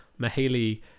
Mahaley